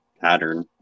pattern